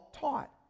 taught